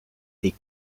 des